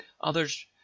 others